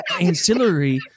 ancillary